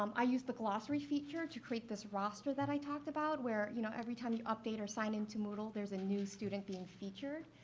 um i used the glossary feature to create this roster that i talked about where, you know, every time you update or sign in to moodle, there's a new student being featured.